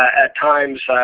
at times,